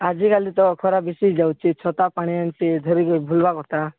ଆଜିକାଲି ତ ଖରା ବେଶୀ ହୋଇଯାଉଛି ଛତା ପାଣି ଏମିତି ଧରିକି ବୁଲିବା କଥା